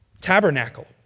tabernacle